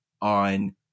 on